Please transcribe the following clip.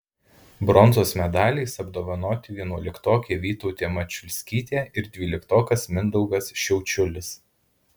bronzos medaliais apdovanoti vienuoliktokė vytautė mačiulskytė ir dvyliktokas mindaugas šiaučiulis